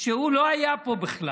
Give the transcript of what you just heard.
כשהוא לא היה פה בכלל.